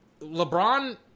LeBron